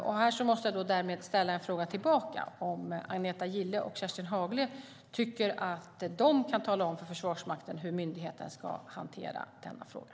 Jag måste ställa en fråga tillbaka till Agneta Gille och Kerstin Haglö om de kan tala om för Försvarsmakten hur myndigheten ska hantera frågan.